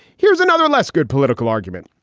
here's another less good political argument.